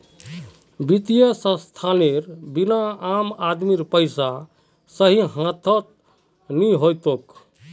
वित्तीय संस्थानेर बिना आम आदमीर पैसा सही हाथत नइ ह तोक